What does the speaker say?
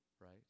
right